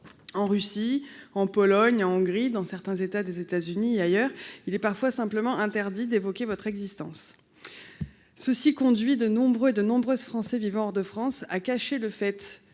En Russie, en Pologne, en Hongrie, dans certains États des États-Unis et ailleurs, il est parfois simplement interdit d'évoquer son existence. Cela conduit de nombreux Français vivant hors de France à cacher le fait